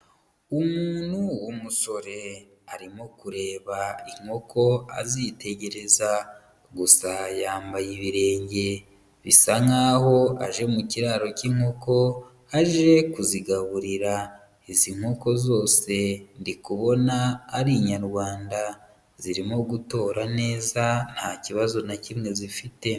Umuntu w'umusore arimo kureba inkoko azitegereza gusa yambaye ibirenge bisa nk'aho aje mu kiraro cy'inkoko aje kuzigaburira, izi nkoko zose ndikubona ari inyarwanda, zirimo gutora neza nta kibazo na kimwe zifite.